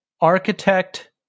architect